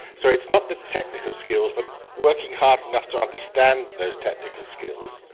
so it's not the technical skills but working hard enough to understand those technical skills.